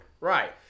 Right